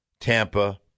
Tampa